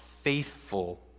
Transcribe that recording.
faithful